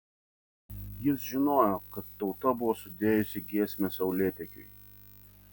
jis žinojo kad tauta buvo sudėjusi giesmę saulėtekiui